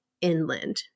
inland